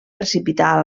precipitar